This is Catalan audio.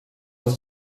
els